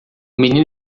menino